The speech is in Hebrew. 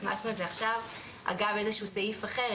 הכנסנו את זה עכשיו אגב איזשהו סעיף אחר,